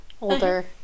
older